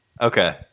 Okay